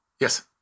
Yes